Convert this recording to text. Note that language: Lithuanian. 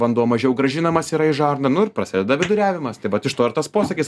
vanduo mažiau grąžinamas yra į žarną nu ir prasideda viduriavimas tai vat iš to ir tas posakis